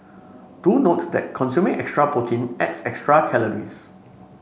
do note that consuming extra protein adds extra calories